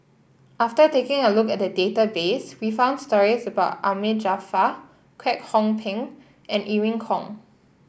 after taking a look at the database we found stories about Ahmad Jaafar Kwek Hong Png and Irene Khong